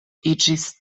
iĝis